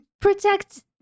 protect